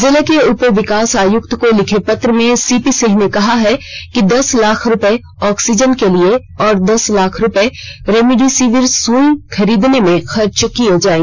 जिले के उप विकास आयुक्त को लिखे पत्र में सीपी सिंह ने कहा है कि दस लाख रुपये ऑक्सीजन के लिए और दस लाख रुपये रेमडिसिविर सुई खरीदने में खर्च किये जाएँ